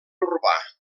urbà